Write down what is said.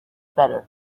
better